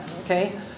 Okay